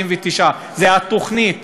79%. זו התוכנית,